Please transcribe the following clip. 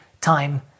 time